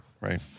Right